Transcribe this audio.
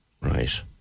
right